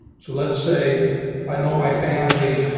so let's say i know my family.